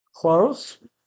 Close